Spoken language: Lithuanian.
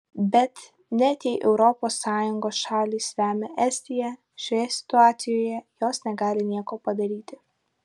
bet net jei europos sąjungos šalys remia estiją šioje situacijoje jos negali nieko padaryti